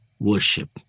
worship